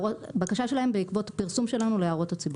כן, בקשה שלהם בעקבות פרסום שלנו להערות הציבור.